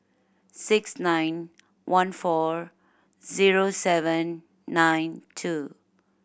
six nine one four zero seven nine two